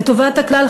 וטובת הכלל,